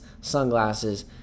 sunglasses